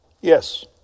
yes